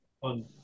on